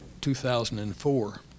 2004